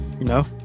No